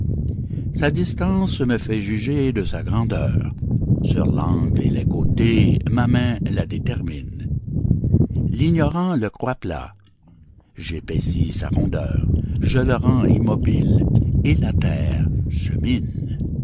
sa distance me fait juger de sa grandeur sur l'angle et les côtés ma main la détermine l'ignorant le croit plat j'épaissis sa rondeur je le rends immobile et la terre chemine